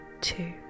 two